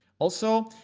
also,